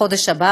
בחודש הבא